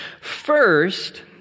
first